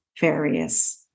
various